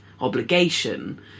obligation